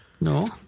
No